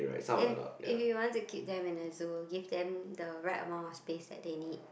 if if you want to keep them in the zoo give them the right amount of space that they need